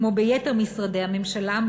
כמו ביתר משרדי הממשלה,